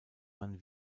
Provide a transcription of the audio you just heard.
man